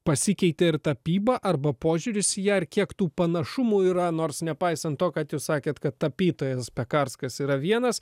pasikeitė ir tapyba arba požiūris į ją ar kiek tų panašumų yra nors nepaisan to kad jūs sakėt kad tapytojas pekarskas yra vienas